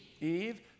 Eve